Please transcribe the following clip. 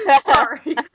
Sorry